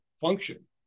function